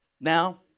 Now